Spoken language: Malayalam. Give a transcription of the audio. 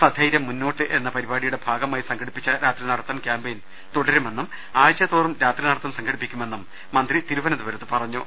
സൈര്യം മുന്നോട്ട് എന്ന പരിപാടി യുടെ ഭാഗമായി സംഘടിപ്പിച്ച രാത്രി നടത്തം ക്യാമ്പയിൻ തുടരുമെന്നും ആഴ്ച തോറും രാത്രി നടത്തം സംഘടിപ്പിക്കുമെന്നും മന്ത്രി തിരുവനന്തപുരത്ത് പറഞ്ഞു